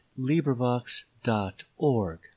LibriVox.org